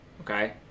okay